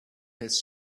his